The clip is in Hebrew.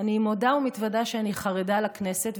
אני מודה ומתוודה שאני חרדה לכנסת,